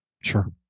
Sure